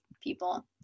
people